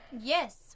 Yes